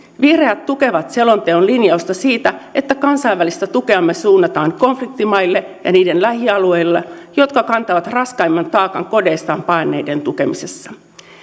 vihreät tukevat selonteon linjausta siitä että kansainvälistä tukeamme suunnataan konfliktimaille ja niiden lähialueille jotka kantavat raskaimman taakan kodeistaan paenneiden tukemisessa